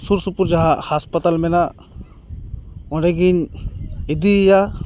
ᱥᱩᱨ ᱥᱩᱯᱩᱨ ᱡᱟᱦᱟᱸ ᱦᱟᱥᱯᱟᱛᱟᱞ ᱢᱮᱱᱟᱜ ᱚᱸᱰᱮᱜᱮᱧ ᱤᱫᱤᱭᱮᱭᱟ